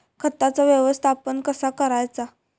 खताचा व्यवस्थापन कसा करायचा?